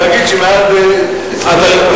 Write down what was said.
צריך להגיד שמאז 25 בנובמבר אושרה בנייה אחת.